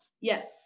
Yes